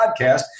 podcast